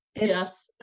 Yes